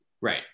Right